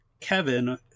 Kevin